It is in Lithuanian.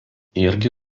irgi